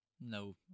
No